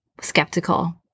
skeptical